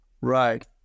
Right